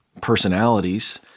personalities